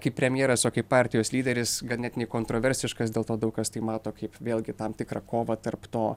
kaip premjeras o kaip partijos lyderis ganėtinai kontroversiškas dėl to daug kas tai mato kaip vėlgi tam tikrą kovą tarp to